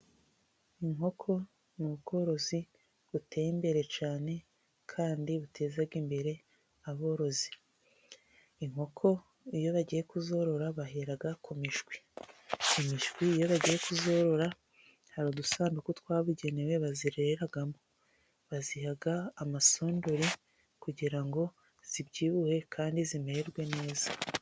Inkoko ni ubworozi buteye imbere cyane kandi buteza imbere aborozi. Inkoko iyo bagiye kuzorora bahera ku mishwi. Imishwi iyo bagiye kuyorora hari udusanduku twabugenewe bazirereramo. Baziha amasondore kugira ngo zibyibuhe kandi zimererwe neza.